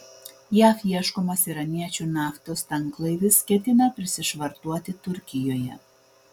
jav ieškomas iraniečių naftos tanklaivis ketina prisišvartuoti turkijoje